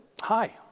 Hi